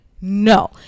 No